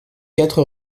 quatre